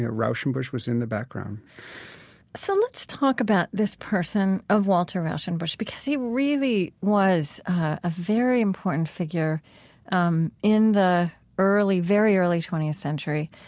ah rauschenbusch was in the background so let's talk about this person of walter rauschenbusch because he really was a very important figure um in the very early twentieth century.